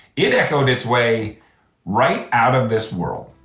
it echoed its way right out of this world.